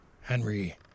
Henry